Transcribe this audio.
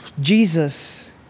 Jesus